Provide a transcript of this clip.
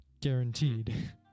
guaranteed